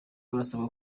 barasabwa